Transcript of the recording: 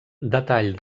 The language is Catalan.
detall